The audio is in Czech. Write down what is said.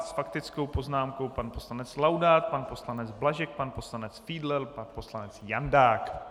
S faktickou poznámkou pan poslanec Laudát, pan poslanec Blažek, pan poslanec Fiedler, pan poslanec Jandák.